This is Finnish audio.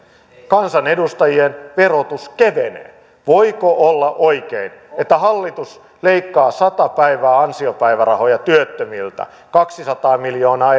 kansanedustajien verotus kevenee voiko olla oikein että hallitus leikkaa sata päivää ansiopäivärahoja työttömiltä kaksisataa miljoonaa